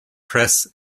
press